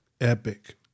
epic